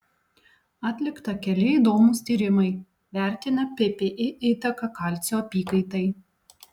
atlikta keli įdomūs tyrimai vertinę ppi įtaką kalcio apykaitai